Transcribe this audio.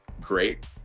great